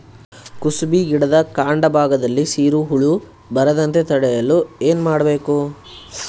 ಕುಸುಬಿ ಗಿಡದ ಕಾಂಡ ಭಾಗದಲ್ಲಿ ಸೀರು ಹುಳು ಬರದಂತೆ ತಡೆಯಲು ಏನ್ ಮಾಡಬೇಕು?